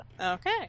Okay